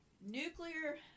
nuclear